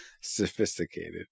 Sophisticated